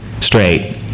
straight